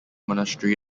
monastery